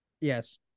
yes